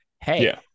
Hey